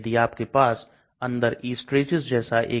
तो फिर से यहां LogP में 593 से 451 की विभिन्नता है